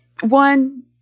One